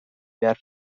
behar